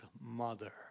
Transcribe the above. mother